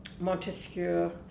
Montesquieu